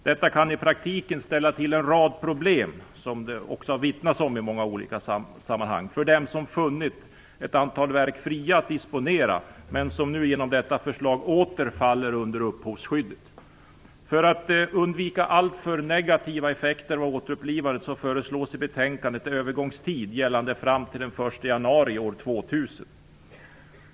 Detta kan i praktiken ställa till en rad problem, vilket det vittnats om i olika sammanhang, för dem som funnit ett antal verk fria att disponera men som nu genom detta förslag åter faller under upphovsskyddet. För att undvika alltför negativa effekter av ett återupplivande föreslås i betänkandet en övergångstid gällande fram till den 1 januari 2000.